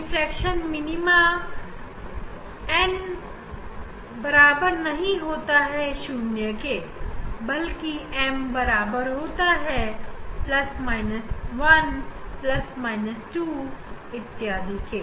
diffraction minima n बराबर नहीं होता है 0 के बल्कि एम बराबर होता है ± 1 ± 2 के